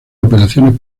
operaciones